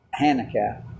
Hanukkah